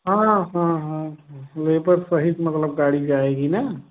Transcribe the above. हाँ हाँ हाँ हाँ लेबर सहित मतलब गाड़ी जाएगी ना